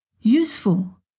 useful